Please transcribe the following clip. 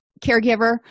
caregiver